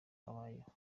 abayeho